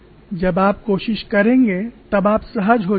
जब आप कोशिश करेंगे तब आप सहज हो जाएंगे